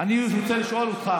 אני רוצה לשאול אותך: